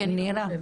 כי אני לא חושבת.